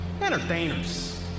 entertainers